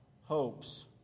hopes